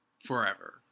forever